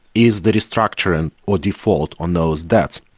is the restructuring or default on those debts.